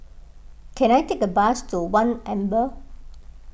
can I take a bus to one Amber